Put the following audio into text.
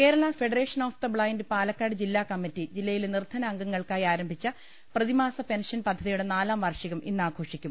Kerala federation of the blind Palakkad ജില്ലാ committee ജില്ലയിലെ നിർധന അംഗങ്ങൾക്കായി ആരംഭിച്ച പ്രതിമാസ പെൻഷൻ പദ്ധതിയുടെ നാലാംവാർഷികം ഇന്നാഘോഷിക്കും